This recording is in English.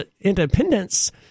independence